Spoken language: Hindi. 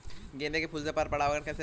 गेंदे के फूल से पर परागण कैसे रोकें?